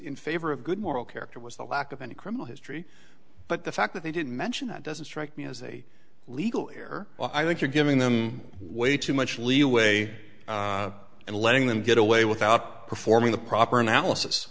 in favor of good moral character was the lack of any criminal history but the fact that they didn't mention that doesn't strike me as a legal air well i think you're giving them way too much leeway and letting them get away without performing the proper analysis